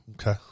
Okay